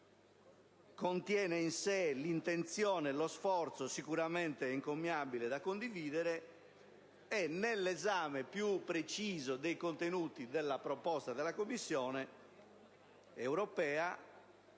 contiene in sé un'intenzione ed uno sforzo sicuramente encomiabili e da condividere. Nell'esame più preciso dei contenuti della proposta della Commissione europea,